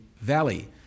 Valley